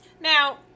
Now